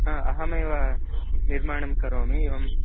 हा अहमेव निर्माणं करोमि एवं